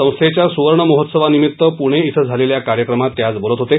संस्थेच्या सुवर्ण महोत्सवानिमीत्त पुणे श्वें झालेल्या कार्यक्रमात ते आज बोलत होते